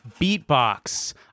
Beatbox